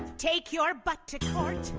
take your butt to court.